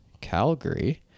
Calgary